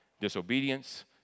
Disobedience